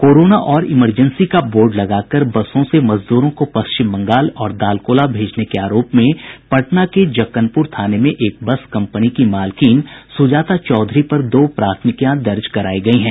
corona और emergency का board लगाकर बसों से मजदूरों को पश्चिम बंगाल और दालकोला भेजने के आरोप में पटना के जक्कनपुर थाने में एक बस कंपनी की मालकिन सुजाता चौधरी पर दो प्राथमिकियां दर्ज कराई गई है